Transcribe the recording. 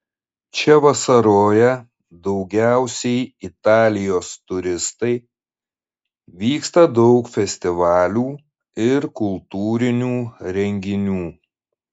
čia vasaroja daugiausiai italijos turistai vyksta daug festivalių ir kultūrinių renginių